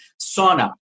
sauna